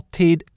tid